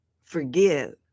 Forgive